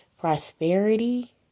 prosperity